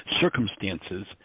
circumstances